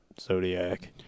Zodiac